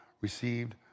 received